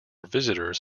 visitors